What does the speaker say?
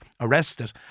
arrested